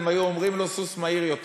הם היו אומרים לו: סוס מהיר יותר.